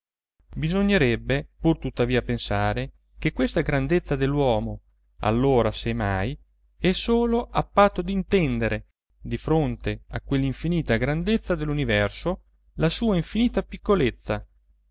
bisognerebbe pur tuttavia pensare che questa grandezza dell'uomo allora se mai è solo a patto d'intendere di fronte a quell'infinita grandezza dell'universo la sua infinita piccolezza